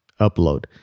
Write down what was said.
upload